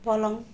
पलङ